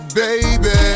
baby